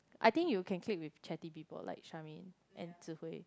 I think you can click with chatty people like Charmaine and Zi hui